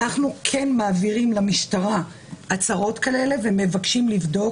אנחנו כן מעבירים למשטרה הצהרות כאלה ומבקשים לבדוק.